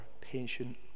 patient